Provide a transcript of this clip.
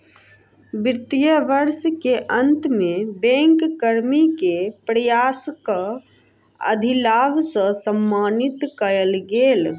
वित्तीय वर्ष के अंत में बैंक कर्मी के प्रयासक अधिलाभ सॅ सम्मानित कएल गेल